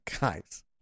guys